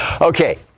Okay